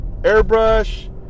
airbrush